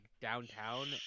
downtown